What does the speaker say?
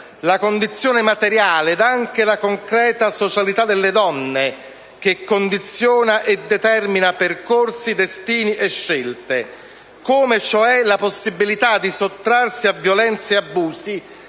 la condizione materiale ed anche la concreta socialità delle donne a condizionare e a determinare percorsi, destini e scelte, come cioè la possibilità di sottrarsi a violenze e abusi